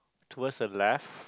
towards the left